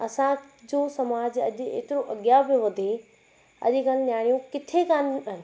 असांजो समाज अॼु एतिरो अॻिया पियो वधे अॼु कल्ह नियाणियूं किथे कान आहिनि